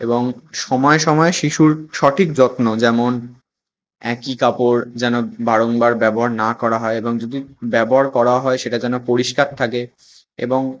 এবং সময়ে সময়ে শিশুর সঠিক যত্ন যেমন একই কাপড় যেন বারংবার ব্যবহার না করা হয় এবং যদি ব্যবহার করা হয় সেটা যেন পরিষ্কার থাকে এবং